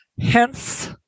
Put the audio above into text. Hence